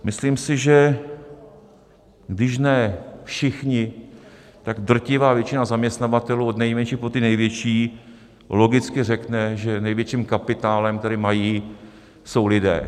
Myslím si, když ne všichni, tak drtivá většina zaměstnavatelů od nejmenších po ty největší logicky řekne, že největším kapitálem, který mají, jsou lidé.